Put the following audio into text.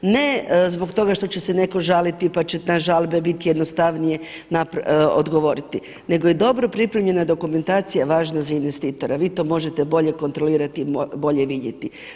Ne zbog toga što će se netko žaliti pa će na žalbe biti jednostavnije odgovoriti nego je dobro pripremljena dokumentacija važna za investitora, vi to možete bolje kontrolirati i bolje vidjeti.